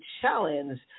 challenge